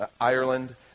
Ireland